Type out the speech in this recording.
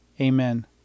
Amen